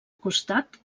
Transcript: costat